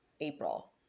April